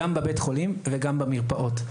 גם בבית החולים וגם במרפאות.